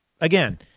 again